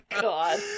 god